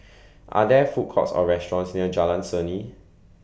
Are There Food Courts Or restaurants near Jalan Seni